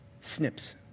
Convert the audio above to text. snips